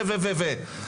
ועוד ועוד,